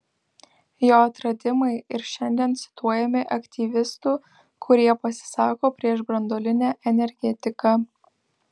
jo atradimai ir šiandien cituojami aktyvistų kurie pasisako prieš branduolinę energetiką